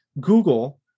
Google